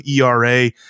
ERA